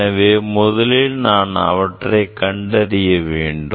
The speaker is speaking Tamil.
எனவே முதலில் நான் அவற்றை கண்டறிய வேண்டும்